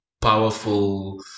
powerful